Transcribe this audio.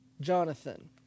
Jonathan